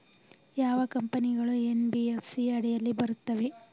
ಯಾವ ಕಂಪನಿಗಳು ಎನ್.ಬಿ.ಎಫ್.ಸಿ ಅಡಿಯಲ್ಲಿ ಬರುತ್ತವೆ?